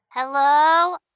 Hello